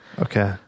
Okay